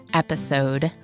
episode